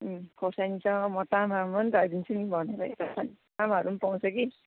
खोर्सानीसँग म तामा पनि राखिदिन्छु नि भनेर यता तामाहरू पनि पाउँछ कि